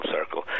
circle